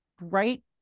right